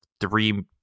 three